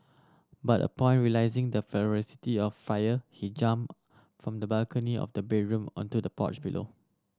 but upon realising the ferocity of fire he jumped from the balcony of the bedroom onto the porch below